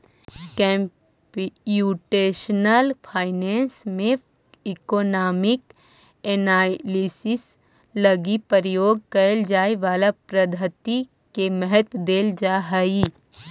computational finance में economic analysis लगी प्रयोग कैल जाए वाला पद्धति के महत्व देल जा हई